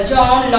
John